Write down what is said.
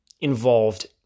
involved